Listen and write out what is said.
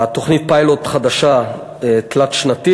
תוכנית פיילוט חדשה תלת-שנתית